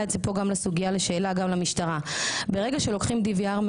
באינטראקציה בין הגננת לסייעת לגבי מי לוקח את האחריות ומטפל בזה.